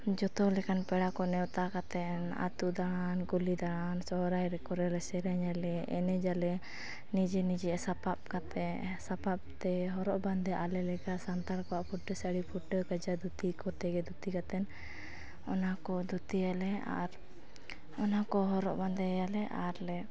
ᱡᱚᱛᱚ ᱞᱮᱠᱟᱱ ᱯᱮᱲᱟᱠᱚ ᱱᱮᱣᱛᱟ ᱠᱟᱛᱮᱱ ᱟᱹᱛᱩ ᱫᱟᱲᱟᱱ ᱠᱩᱞᱦᱤ ᱫᱟᱲᱟᱱ ᱥᱚᱦᱚᱨᱟᱭ ᱠᱚᱨᱮᱞᱮ ᱥᱮᱨᱮᱧ ᱟᱞᱮ ᱮᱱᱮᱡ ᱟᱞᱮ ᱱᱤᱡᱮ ᱱᱤᱡᱮ ᱥᱟᱯᱟᱵ ᱠᱟᱛᱮᱫ ᱥᱟᱯᱟᱵ ᱛᱮ ᱦᱚᱨᱚᱜ ᱵᱟᱸᱫᱮ ᱟᱞᱮ ᱞᱮᱠᱟ ᱥᱟᱱᱛᱟᱱ ᱠᱚᱣᱟᱜ ᱯᱷᱩᱴᱟᱹ ᱥᱟᱹᱲᱤ ᱯᱷᱩᱴᱟᱹ ᱠᱟᱪᱟ ᱫᱷᱩᱛᱤ ᱠᱚᱛᱮᱜᱮ ᱫᱷᱩᱛᱤ ᱠᱟᱛᱮᱫ ᱚᱱᱟ ᱠᱚ ᱫᱷᱩᱛᱤᱭᱟᱞᱮ ᱟᱨ ᱚᱱᱟᱠᱚ ᱦᱚᱨᱚᱜ ᱵᱟᱸᱫᱮᱭᱟᱞᱮ ᱟᱨᱞᱮ